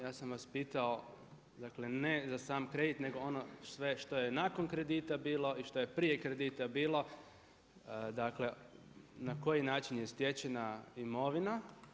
Ja sam vas pitao, dakle ne za sam kredit nego ono sve što je nakon kredita bilo i što je prije kredita bilo, dakle na koji način je stečena imovina.